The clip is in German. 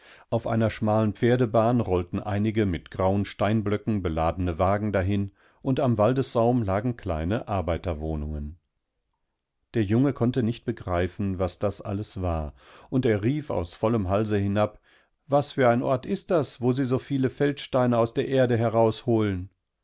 auf einer schmalen pferdebahn rollten einige mit grauen steinblöcken beladene wagen dahin und am waldessaum lagen kleine arbeiterwohnungen der junge konnte nicht begreifen was das alles war und er rief aus vollem halsehinab wasfüreinortistdas wosiesovielefeldsteineausdererde herausholen